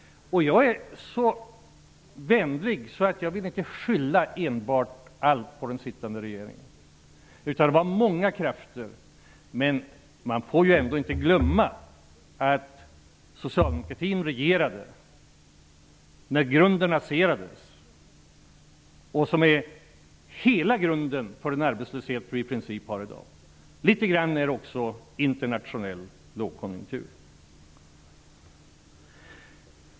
Jag är så vänlig att jag inte vill skylla allt enbart på den då sittande regeringen, utan det var många krafter som bidrog. Men man får ändå inte glömma att Socialdemokraterna regerade när grunden raserades. Det är i princip hela grunden till den arbetslöshet som vi har i dag, litet grand är det också fråga om internationell lågkonkunktur.